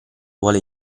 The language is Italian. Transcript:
vuole